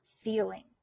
feeling